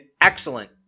excellent